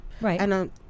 Right